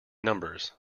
numbers